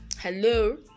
Hello